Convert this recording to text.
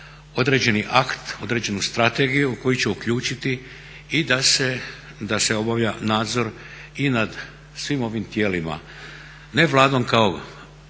određeni akt, određenu strategiju u koju će uključiti i da se obavlja nadzor i nad svim ovim tijelima ne Vladom kao